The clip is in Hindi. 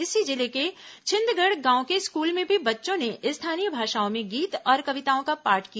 इसी जिले के छिंदगढ़ गांव के स्कूल में भी बच्चों ने स्थानीय भाषाओं में गीत और कविताओं का पाठ किया